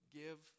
give